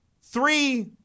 three